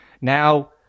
Now